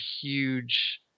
huge